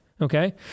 Okay